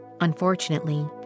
Unfortunately